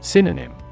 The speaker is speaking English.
Synonym